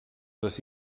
les